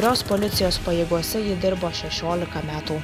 kurios policijos pajėgose ji dirbo šešiolika metų